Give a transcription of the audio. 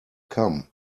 come